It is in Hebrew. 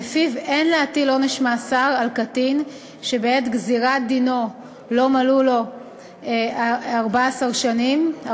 שלפיו אין להטיל עונש מאסר על קטין שבעת גזירת דינו לא מלאו לו 14 שנה,